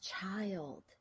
child